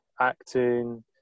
acting